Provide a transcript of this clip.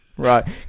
Right